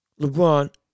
LeBron